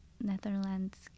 netherlands